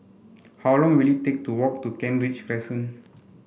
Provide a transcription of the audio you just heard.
how long will it take to walk to Kent Ridge Crescent